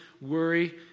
worry